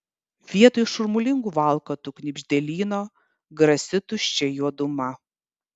vietoj šurmulingo valkatų knibždėlyno grasi tuščia juoduma